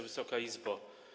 Wysoka Izbo!